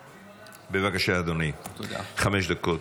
בבקשה, אדוני, חמש דקות